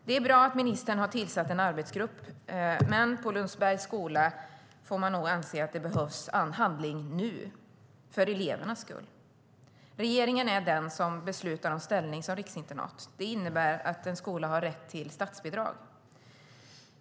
Det är bra att ministern har tillsatt en arbetsgrupp, men på Lundsbergs skola får man nog anse att det behövs handling nu för elevernas skull. Regeringen är den som beslutar om ställning som riksinternat. Det innebär att en skola har rätt till statsbidrag.